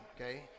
okay